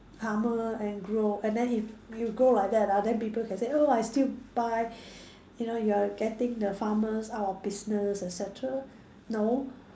farmer and grow and then if you grow like that ah then people can say oh I still buy you know you are getting the farmers out of business et cetera no